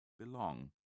Belong